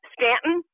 Stanton